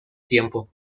tiempo